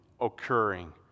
occurring